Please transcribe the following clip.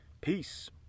Peace